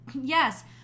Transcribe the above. Yes